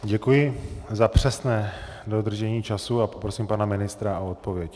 Děkuji za přesné dodržení času a poprosím pana ministra o odpověď.